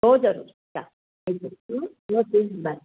हो जरूर या बाय